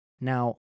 Now